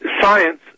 science